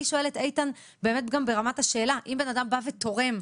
אני שואלת אם בן אדם תורם,